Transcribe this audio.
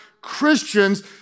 Christians